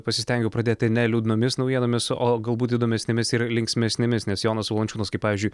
pasistengiau pradėta ne liūdnomis naujienomis o galbūt įdomesnėmis ir linksmesnėmis nes jonas valančiūnas kaip pavyzdžiui